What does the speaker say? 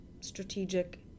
strategic